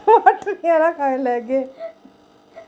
टमाटरें आह्ला खाई लैगे